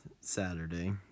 Saturday